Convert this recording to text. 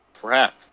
crap